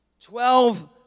Twelve